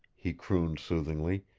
he crooned soothingly.